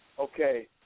okay